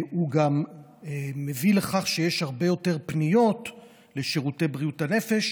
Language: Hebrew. הוא גם מביא לכך שיש הרבה יותר פניות לשירותי בריאות הנפש,